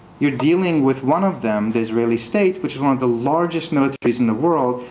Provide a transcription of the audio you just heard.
you're dealing with one of them, the israeli state, which is one of the largest militaries in the world,